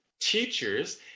teachers